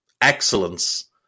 excellence